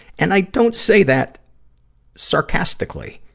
and i don't say that sarcastically.